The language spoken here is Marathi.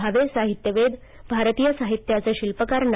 भावे साहित्यवेध भारतीय साहित्यापे शिल्पकार ना